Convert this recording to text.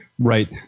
right